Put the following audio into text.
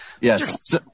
Yes